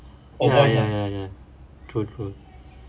ya ya ya true true